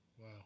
Wow